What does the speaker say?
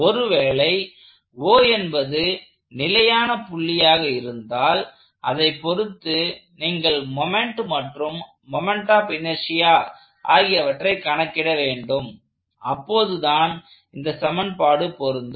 ஒருவேளை O என்பது நிலையான புள்ளியாக இருந்தால் அதைப் பொருத்து நீங்கள் மொமெண்ட் மற்றும் மொமெண்ட் ஆப் இனெர்ஷியா ஆகியவற்றை கணக்கிட வேண்டும் அப்போதுதான் இந்த சமன்பாடு பொருந்தும்